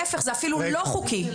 להפך, זה אפילו לא חוקי.